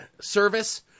service